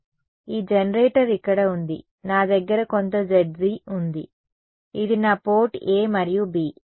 కాబట్టి ఈ జనరేటర్ ఇక్కడ ఉంది నా దగ్గర కొంత Zg ఉంది ఇది నా పోర్ట్ a మరియు b